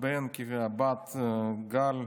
הבת, גל,